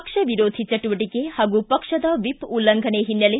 ಪಕ್ಷ ವಿರೋಧಿ ಚಟುವಟಕೆ ಹಾಗೂ ಪಕ್ಷದ ವಿಪ್ ಉಲ್ಲಂಘನೆ ಹಿನ್ನೆಲೆ